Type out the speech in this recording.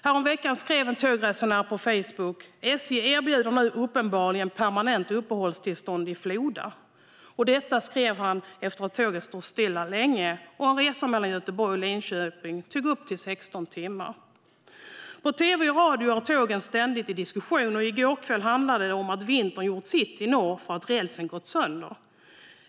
Härom veckan skrev en tågresenär följande på Facebook: SJ erbjuder nu uppenbarligen permanent uppehållstillstånd i Floda. Detta skrev han efter att tåget hade stått stilla länge, och en resa mellan Göteborg och Linköping tog upp emot 16 timmar. På tv och i radio är tågen ständigt under diskussion, och i går kväll handlade det om att vintern hade gjort sitt till i norr för att rälsen skulle gå sönder.